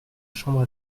chambre